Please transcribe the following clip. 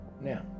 Now